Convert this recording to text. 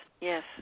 Yes